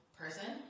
person